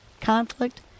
conflict